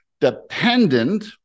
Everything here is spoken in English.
dependent